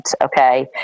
okay